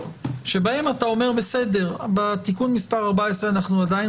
שבהם אתה אומר: בתיקון מס' 14 אנחנו עדיין